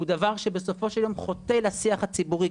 הוא דבר שבסופו של יום חוטא לשיח הציבורי,